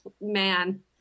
man